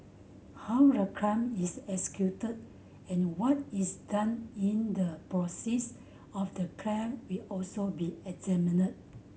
how the crime is executed and what is done in the proceeds of the crime will also be examined